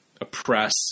oppress